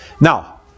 Now